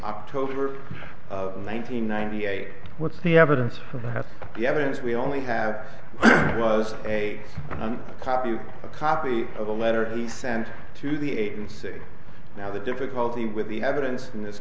october of one nine hundred ninety eight what's the evidence for that the evidence we only have was a copy of a copy of a letter he sent to the agency now the difficulty with the evidence in this